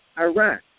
Iraq